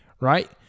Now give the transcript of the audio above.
right